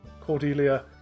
cordelia